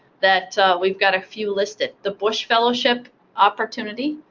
that we've got a few listed the bush fellowship opportunity